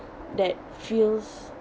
that feels